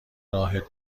راه